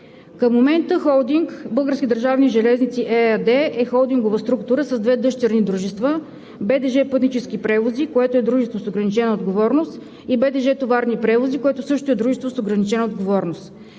държавни железници“ ЕАД е холдингова структура с две дъщерни дружества – БДЖ „Пътнически превози“, което е дружество с ограничена отговорност, и БДЖ „Товарни превози“, което също е дружество с ограничена отговорност.